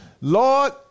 Lord